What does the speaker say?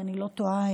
אם אני לא טועה,